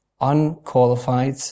unqualified